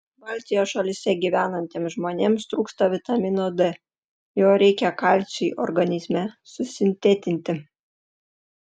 baltijos šalyse gyvenantiems žmonėms trūksta vitamino d jo reikia kalciui organizme susintetinti